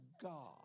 God